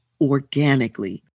organically